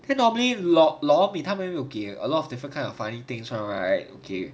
那个 normally lor mee 他们有给 a lot of funny things [one] right okay